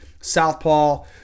Southpaw